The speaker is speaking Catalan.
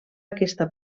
aquesta